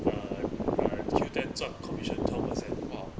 earn uh Q_O_O ten 赚 commission twelve percent